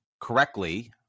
correctly